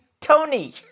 Tony